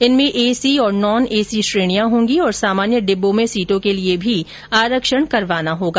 इनमें एसी और नॉनएसी श्रेणियां होंगी और सामान्य डिब्बों में सीटों के लिए भी आरक्षण करवाना होगा